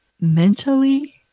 mentally